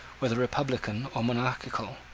whether republican or monarchical,